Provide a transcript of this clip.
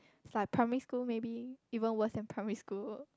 is like primary school maybe even worse than primary school